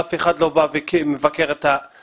אף אחד לא בא ומבקר את היתומים,